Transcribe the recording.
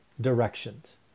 directions